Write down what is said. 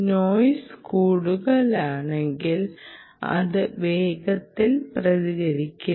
noise കൂടുതലാണെങ്കിൽ അത് വേഗത്തിൽ പ്രതികരിക്കില്ല